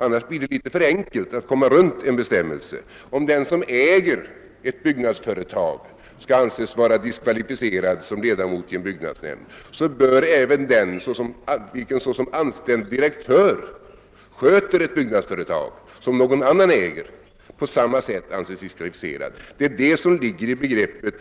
Annars blir det litet för enkelt att komma runt en bestämmelse. Om den som äger ett byggnadsföretag skall anses vara diskvalificerad som ledamot av en byggnadsnämnd, så bör även den vilken såsom anställd direktör sköter ett byggnadsföretag som någon annan äger på samma sätt anses diskvalificerad. Det är det som menas med begreppet